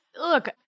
Look